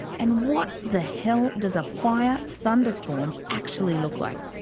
and what the hell does a fire thunderstorm actually look like?